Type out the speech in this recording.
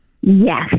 Yes